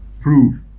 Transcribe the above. prove